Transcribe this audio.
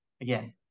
again